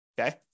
okay